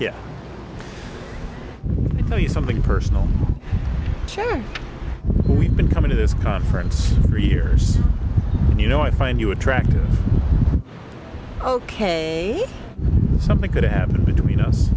you something personal we've been coming to this conference for years and you know i find you attractive ok something could happen between us